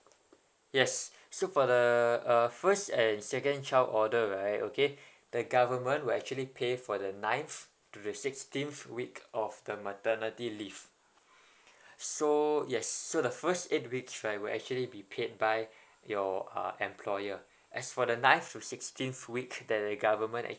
yes so for the uh first and second child order right okay the government will actually pay for the ninth to the sixteenth week of the maternity leave so yes so the first eight weeks right will actually be paid by your uh employer as for the ninth to sixteenth week that the government actually